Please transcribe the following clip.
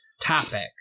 topic